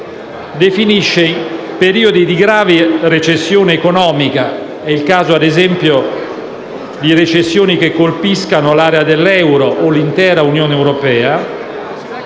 definisce periodi di grave recessione economica, come - ad esempio - recessioni che colpiscano l'area dell'euro o l'intera Unione europea